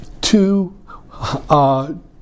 two